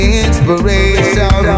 inspiration